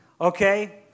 okay